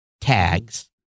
tags